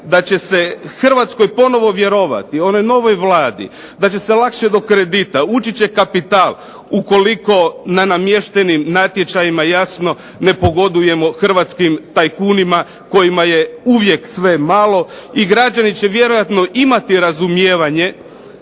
da će se Hrvatskoj ponovno vjerovati, onoj novoj vladi, da će se lakše do kredita, ući će kapital ukoliko na namještenim natječajima jasno ne pogodujemo hrvatskim tajkunima kojima je uvijek sve malo i građani će vjerojatno imati razumijevanje